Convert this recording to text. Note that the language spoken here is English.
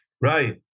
Right